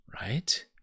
right